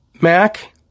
Mac